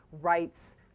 rights